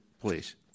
please